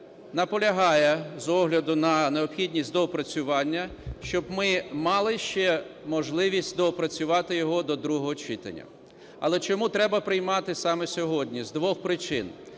наполягає, з огляду на необхідність доопрацювання, щоб ми мали ще можливість доопрацювати його до другого читання. Але чому треба приймати саме сьогодні. З двох причин.